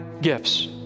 gifts